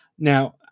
Now